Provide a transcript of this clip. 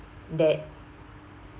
that